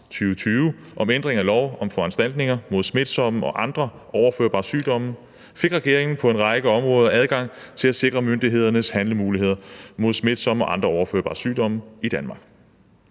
2020 om ændring af lov om foranstaltninger mod smitsomme og andre overførbare sygdomme fik regeringen på en række områder adgang til at sikre myndighedernes handlemuligheder mod smitsomme og andre overførbare sygdomme i Danmark.